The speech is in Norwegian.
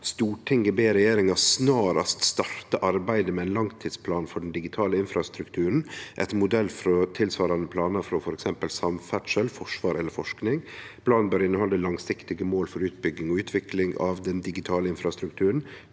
«Stortinget ber regjeringen snarest starte arbeidet med en langtidsplan for den digitale infrastrukturen, etter modell fra tilsvarende planer fra f.eks. samferdsel, forsvar eller forskning. Planen bør inneholde langsiktige mål for utbygging og utvikling av den digitale infrastrukturen,